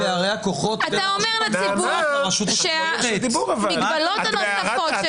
אתה אומר לציבור שהמגבלות הנוספות --- נעמה,